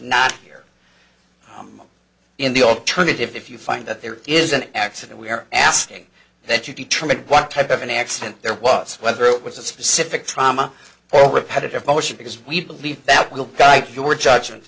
not here in the alternative if you find that there is an accident we are asking that you determine what type of an accident there was whether it was a specific trauma or repetitive motion because we believe that will guide your judgment